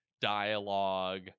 dialogue